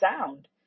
sound